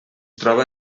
troba